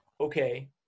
okay